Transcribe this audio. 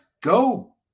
go